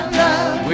love